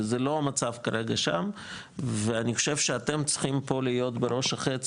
וזה לא המצב כרגע שם ואני חושב שאתם צריכים פה להיות בראש החץ